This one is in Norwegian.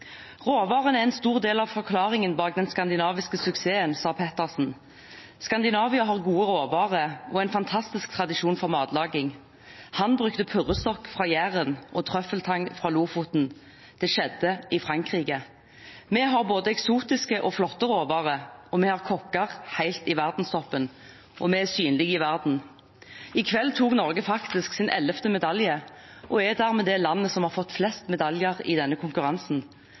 Råvaren er en stor del av forklaringen bak den skandinaviske suksessen, sa Pettersen. Skandinavia har gode råvarer og en fantastisk tradisjon for matlaging. Han brukte purrestokk fra Jæren og trøffeltang fra Lofoten. Det skjedde i Frankrike. Vi har både eksotiske og flotte råvarer, vi har kokker helt i verdenstoppen, og vi er synlige i verden. I kveld tok Norge faktisk sin ellevte medalje og er dermed det landet som har fått flest medaljer i denne konkurransen.